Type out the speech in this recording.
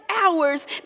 hours